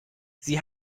sie